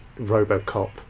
Robocop